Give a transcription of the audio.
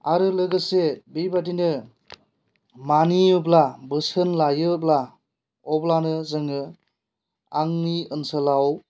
आरो लोगोसे बिबायदिनो मानियोब्ला बोसोन लायोब्ला अब्लानो जोङो आंनि ओनसोलाव